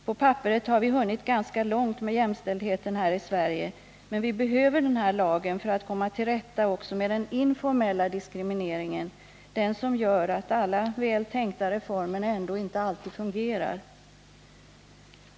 På papperet har vi hunnit ganska långt med jämställdheten här i Sverige, men vi behöver den här lagen för att komma till rätta också med den informella diskrimineringen, den som gör att alla väl tänkta reformer ändå inte alltid fungerar.